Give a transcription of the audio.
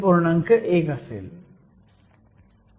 1 असेल